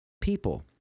people